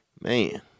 Man